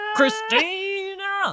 Christina